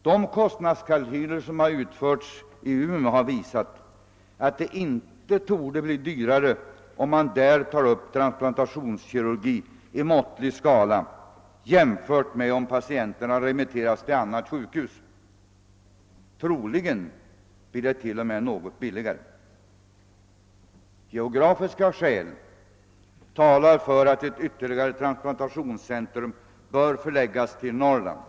De kostnadskalkyler som har uppgjorts i Umeå har visat, att det inte torde bli dyrare att där ta upp transplantationskirurgi i måttlig skala än att remittera patienterna till annat sjukhus. Troligen blir det t.o.m. något billigare. Geografiska skäl talar för att ett yt terligare transplantationscentrum - bör förläggas till Norrland.